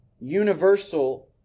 universal